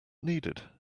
needed